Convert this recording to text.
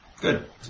good